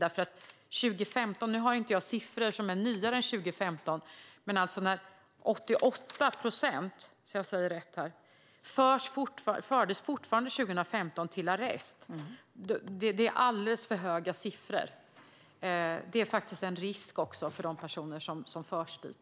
Nu har jag inte siffror som är nyare än så, men 2015 fördes 88 procent fortfarande till arrest. Det är en alldeles för hög siffra. Det innebär faktiskt en risk för de personer som förs dit.